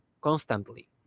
constantly